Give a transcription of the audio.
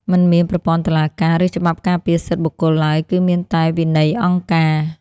មិនមានប្រព័ន្ធតុលាការ ឬច្បាប់ការពារសិទ្ធិបុគ្គលឡើយ គឺមានតែ «វិន័យអង្គការ»។